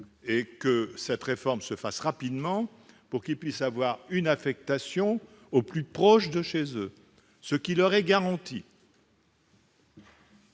et que cette réforme se fasse rapidement pour qu'ils puissent avoir une affectation au plus près de chez eux, ce qui leur est garanti.